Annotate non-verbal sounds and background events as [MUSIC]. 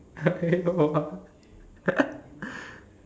[LAUGHS]